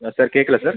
sir sir கேட்கல sir